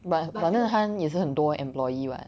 but but 那个他也是很多 employee [what]